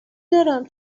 دارم